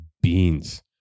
beans